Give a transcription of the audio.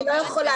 אני לא יכולה.